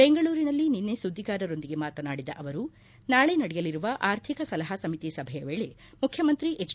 ಬೆಂಗಳೂರಿನಲ್ಲಿ ನಿನ್ನೆ ಸುದ್ಲಿಗಾರರೊಂದಿಗೆ ಮಾತನಾಡಿದ ಅವರು ನಾಲೆ ನಡೆಯಲಿರುವ ಆರ್ಥಿಕ ಸಲಹಾ ಸಮಿತಿ ಸಭೆಯ ವೇಳೆ ಮುಖ್ಯಮಂತ್ರಿ ಎಚೆ